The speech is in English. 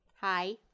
Hi